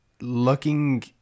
Looking